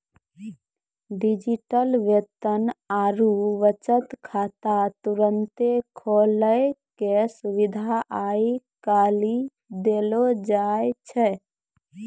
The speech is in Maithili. डिजिटल वेतन आरु बचत खाता तुरन्ते खोलै के सुविधा आइ काल्हि देलो जाय छै